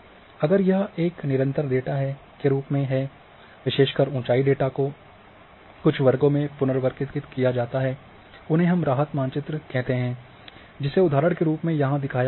अगर यह निरंतर डेटा के रूप में है विशेषतर ऊँचाई डेटा को कुछ वर्गों में पुनर्वर्गीकृत किया जाता है उन्हें हम राहत मानचित्र कहते हैं जिसे उदाहरण के रूप में यहाँ दिखाया गया है